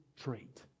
trait